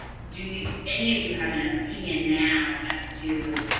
do any of you have an opinion now, as to